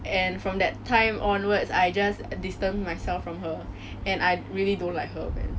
and from that time onwards I just distance myself from her and I really don't like her man